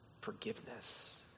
forgiveness